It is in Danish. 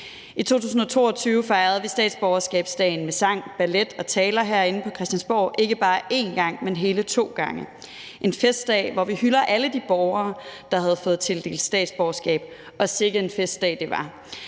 I 2022 fejrede vi statsborgerskabsdagen med sang, ballet og taler herinde på Christiansborg, ikke bare én gang, men hele to gange. Det var en festdag, hvor vi hyldede alle de borgere, der havde fået tildelt statsborgerskab, og sikke en festdag det var.